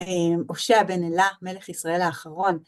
הושע בן אלה, מלך ישראל האחרון.